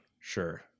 Sure